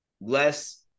less